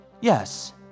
yes